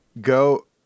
go